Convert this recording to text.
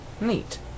Neat